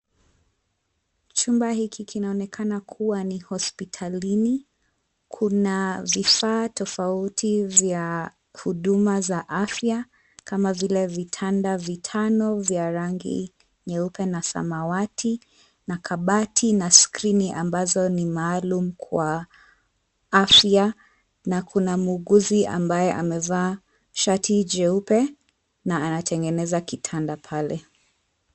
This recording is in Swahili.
Chumba hiki kinaonekana kuwa ni hospitalini. Kuna vifaa tofauti vya huduma za afya kama vile vitanda vitano vya rangi nyeupe na samawati na kabati na skrini ambazo ni maalum kwa afya na kuna muuguzi ambaye amevaa shati jeupe na anatengeneza kitanda pale.